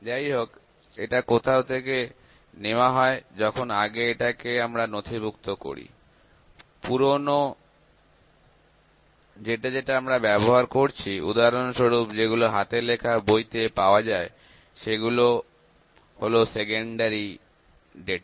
যাই হোক এটা কোথাও থেকে নেওয়া হয় যখন আগে এটাকে আমরা নথিভূক্ত করি পুরনো যেটা আমরা ব্যবহার করছি উদাহরণস্বরূপ যেগুলো হাতে লেখা বইতে পাওয়া যায় সেগুলো হলো সেকেন্ডারি ডাটা